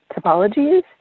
topologies